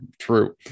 true